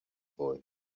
boy